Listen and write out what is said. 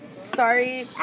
Sorry